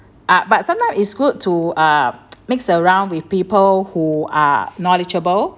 ah but sometimes it's good to uh mix around with people who are knowledgeable